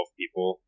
people